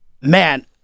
man